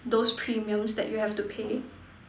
those premiums that you have to pay